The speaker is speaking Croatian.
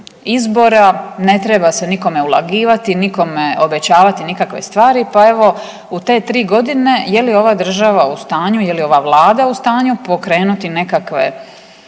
izbora, ne treba se nikome ulagivati, nikome obećavati nikakve stvari pa evo, u te 3 godine, je li ova država u stanju, je li ova Vlada u stanju pokrenuti nekakve